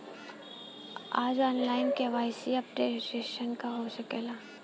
आन line KYC updation हो सकेला का?